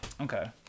Okay